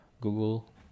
Google